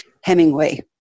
Hemingway